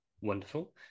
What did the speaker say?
Wonderful